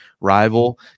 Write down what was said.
rival